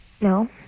No